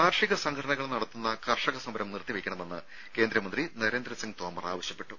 കാർഷിക സംഘടനകൾ നടത്തുന്ന കർഷക സമരം നിർത്തിവെയ്ക്കണമെന്ന് കേന്ദ്രമന്ത്രി നരേന്ദ്രസിംഗ് തോമർ ആവശ്യപ്പെട്ടു